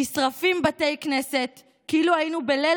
נשרפים בתי כנסת כאילו היינו בליל